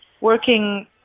working